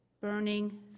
burning